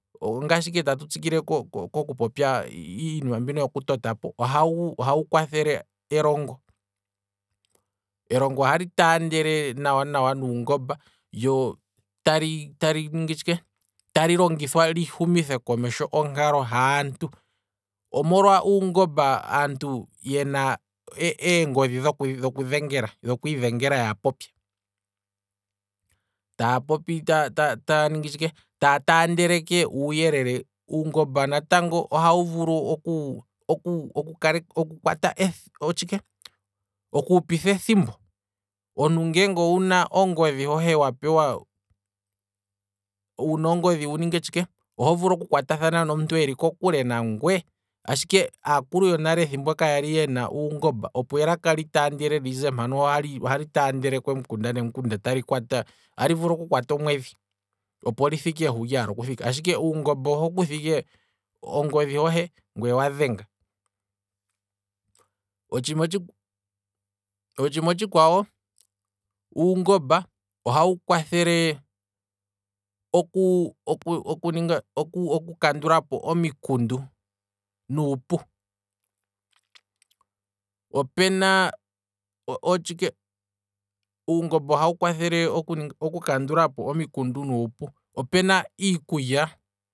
Ongashi ike tatu tsikile kiinima mbika yoku totapo, ohagu kwathele elongo, elongo ohali taandele nuungomba lyo tali tali ningi tshike, tali longithwa lishumithe komesho nkalo haantu, omolwa uungomba aantu yena eengodhi dhoku dhengela, dho kwiidhengela yapopye, taa popi taya taandeleke uuyelele, uungomba natango ohawu vulu oku kwata otshike oku hupitha ethimbo, omuntu ngeenge owuna ongodhi hohe wa pewa, wuna ongodhi, oho vulu oku kwatathana nomuntu eli kokule nangweye, ashike aakulu yonale sho kayali yena uunkomba opo elaka litaandele lize mpano ohali taandele kemikunda nomikunda tali kwata, ohali vulu oku kwata omwedhi, opo li thike hulyina okuthika, ashike uungomba oho kutha ike ongodhi hohe ngwee owa dhenga, otshiima otshikwawo otshiima otshi kwawo uungomba ohawu kwathele oku- oku ninga, oku kandulapo omikundu nuupu, opena otshike, uungomba ohawu kwathele oku kandulapo omikundu nuupu, opuna